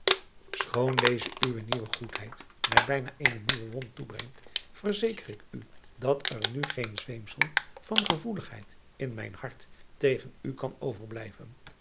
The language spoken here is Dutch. schoon deze uwe nieuwe goedheid mij bijna eene nieuwe wond toebrengt verzeker ik u dat er nu geen zweemsel van gevoeligheid in mijn hart tegen u kan overblijven